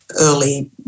early